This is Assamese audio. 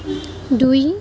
দুই